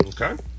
Okay